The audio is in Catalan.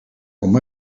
com